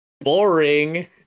Boring